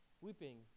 weeping